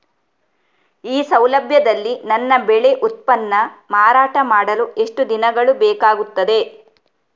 ಈ ಸೌಲಭ್ಯದಲ್ಲಿ ನನ್ನ ಬೆಳೆ ಉತ್ಪನ್ನ ಮಾರಾಟ ಮಾಡಲು ಎಷ್ಟು ದಿನಗಳು ಬೇಕಾಗುತ್ತದೆ?